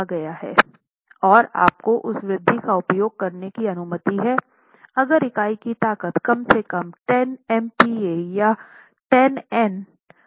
और आपको उस वृद्धि का उपयोग करने की अनुमति है अगर इकाई की ताकत कम से कम 10 MPa या 10 Nmm2 हो